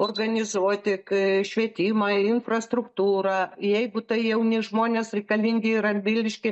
organizuoti kai švietimą infrastruktūrą jeigu tai jauni žmonės reikalingi radvilišky